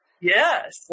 Yes